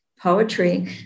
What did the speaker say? poetry